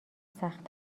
سخت